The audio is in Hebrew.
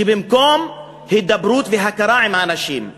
שבמקום הידברות והיכרות עם האנשים,